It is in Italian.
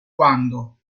quando